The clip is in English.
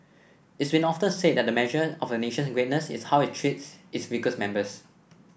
it's been often said that a measure of a nation's greatness is how it treats its weakest members